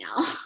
now